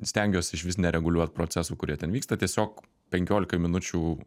stengiuos išvis nereguliuot procesų kurie ten vyksta tiesiog penkiolikai minučių